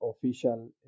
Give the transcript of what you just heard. official